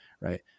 right